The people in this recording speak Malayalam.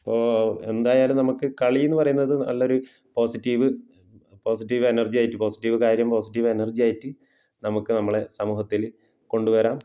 അപ്പോൾ എന്തായാലും നമുക്ക് കളി എന്ന് പറയുന്നത് നല്ലൊരു പോസിറ്റീവ് പോസിറ്റീവ് എനർജി ആയിട്ട് പോസിറ്റീവ് കാര്യം പോസിറ്റീവ് എനർജി ആയിട്ട് നമുക്ക് നമ്മളെ സമൂഹത്തിൽ കൊണ്ടു വരാം